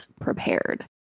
prepared